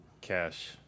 Cash